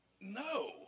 No